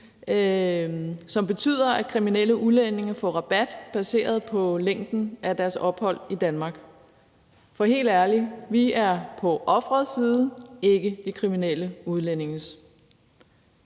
som betyder, at kriminelle udlændinge får rabat baseret på længden af deres ophold i Danmark. For helt ærligt: Vi er på offerets side og ikke de kriminelle udlændinges.